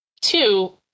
Two